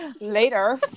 later